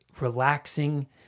relaxing